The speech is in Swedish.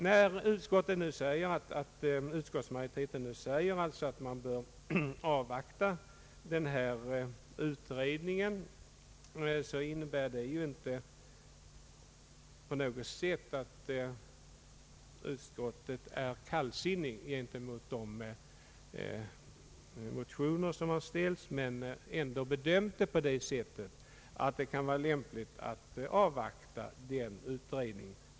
När utskottsmajoriteten anser att man bör avvakta dessa utredningars resultat, innebär det inte på något sätt att utskottet är kallsinnigt gentemot de motioner som väckts, men utskottet har bedömt frågan så att det kan vara lämpligt att avvakta pågående utredningar.